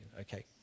okay